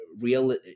real